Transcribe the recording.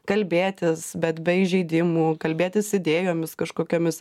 kalbėtis bet be įžeidimų kalbėtis idėjomis kažkokiomis